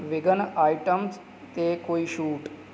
vegan items 'ਤੇ ਕੋਈ ਛੋਟ